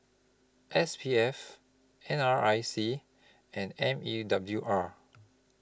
S P F N R I C and M E W R